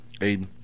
Aiden